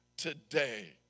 Today